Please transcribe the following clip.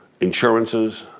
insurances